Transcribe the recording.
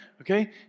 Okay